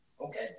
Okay